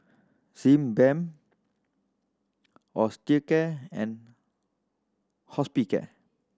Sebamed Osteocare and Hospicare